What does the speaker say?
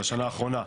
זו השנה האחרונה,